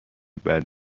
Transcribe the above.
بعد